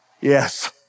Yes